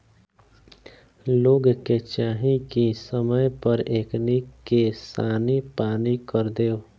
लोग के चाही की समय पर एकनी के सानी पानी कर देव